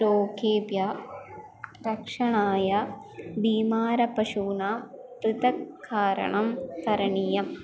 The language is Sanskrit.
रोखेब्यः रक्षणाय बीमारपशूनां पृथक्करणं करणीयम्